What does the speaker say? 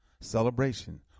celebration